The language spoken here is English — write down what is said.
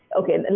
okay